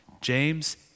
James